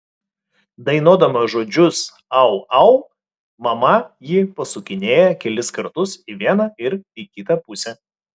dainuodama žodžius au au mama jį pasukinėja kelis kartus į vieną ir į kitą pusę